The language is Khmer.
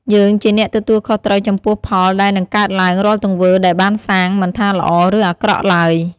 យើងជាអ្នកទទួលខុសត្រូវចំពោះផលដែលនឹងកើតឡើងរាល់ទង្វើដែលបានសាងមិនថាល្អឫអាក្រក់ទ្បើយ។